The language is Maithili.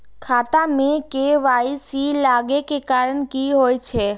खाता मे के.वाई.सी लागै के कारण की होय छै?